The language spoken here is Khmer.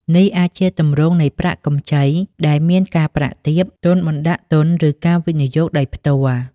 នេះអាចជាទម្រង់នៃប្រាក់កម្ចីដែលមានការប្រាក់ទាប ទុនបណ្តាក់ទុនឬការវិនិយោគដោយផ្ទាល់ ។